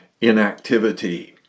inactivity